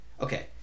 okay